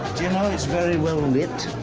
do you know it's very well lit?